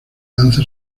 lanza